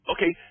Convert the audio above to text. Okay